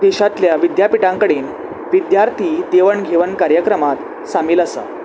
देशांतल्या विद्यापिठां कडेन विद्यार्थी देवण घेवन कार्यक्रमांत सामील आसा